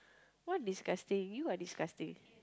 what disgusting you are disgusting